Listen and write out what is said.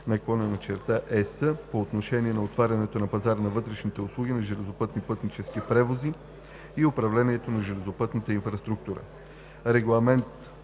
2012/34/ЕС по отношение на отварянето на пазара на вътрешни услуги за железопътни пътнически превози и управлението на железопътната инфраструктура.